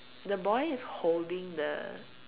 the boy is holding the